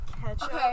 Ketchup